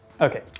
Okay